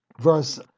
verse